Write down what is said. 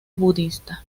budista